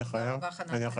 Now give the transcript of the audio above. תודה רבה, חנן.